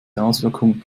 außenwirkung